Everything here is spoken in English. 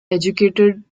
educated